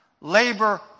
Labor